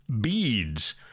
beads